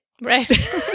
Right